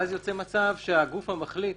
ואז יוצא מצב שהגוף המחליט